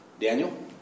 Daniel